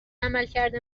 عملکرد